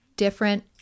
different